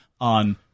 on